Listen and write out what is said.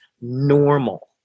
normal